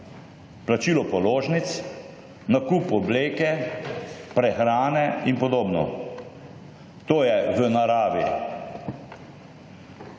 Plačilo položnic, nakup obleke, prehrane in podobno - to je v naravi.